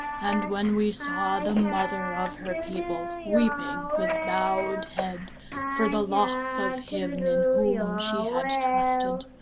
and when we saw the mother of her people weeping with bowed head for the loss of him in whom she had trusted,